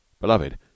Beloved